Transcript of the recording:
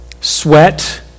sweat